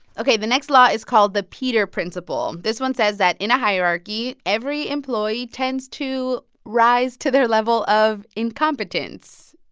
ok, the next law is called the peter principle. this one says that in a hierarchy, every employee tends to rise to their level of incompetence.